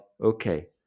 okay